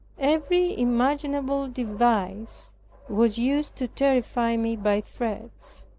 every imaginable device was used to terrify me by threats,